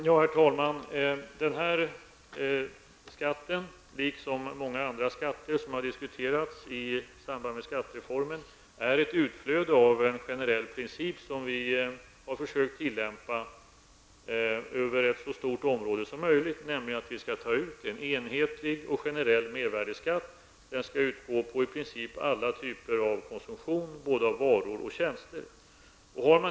Herr talman! Den här skatten, liksom många andra skatter som har diskuterats i samband med skattereformen, är ett utflöde av en generell princip -- som vi har försökt tillämpa över ett så stort område som möjligt -- nämligen att vi skall ta ut en enhetlig och generell mervärdeskatt och att den skall utgå på i princip alla typer av konsumtion av varor och tjänster.